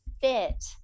fit